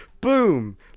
Boom